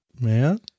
Man